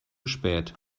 spät